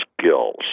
skills